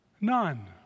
none